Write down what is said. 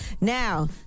Now